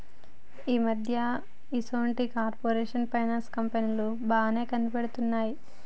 ఈ మధ్య ఈసొంటి కార్పొరేట్ ఫైనాన్స్ కంపెనీలు బానే కనిపిత్తున్నయ్